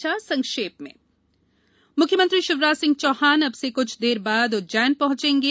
समाचार संक्षेप में मुख्यमंत्री शिवराज सिंह चौहान अब से कुछ देर बाद उज्जैन पहुंचेंगे